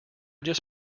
just